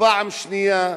פעם שנייה,